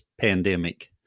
pandemic